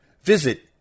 Visit